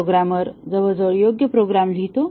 programmer जवळजवळ योग्य program लिहितो